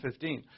15